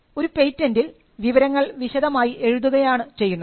ഒരു പേറ്റൻറിൽ വിവരങ്ങൾ വിശദമായി എഴുതുകയാണ് ചെയ്യുന്നത്